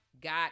got